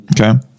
Okay